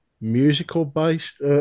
musical-based